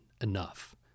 enough